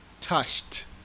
touched